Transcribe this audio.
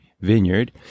vineyard